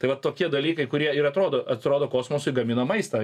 tai va tokie dalykai kurie ir atrodo atrodo kosmosui gamina maistą